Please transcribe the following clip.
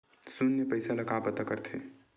शून्य पईसा ला कइसे पता करथे?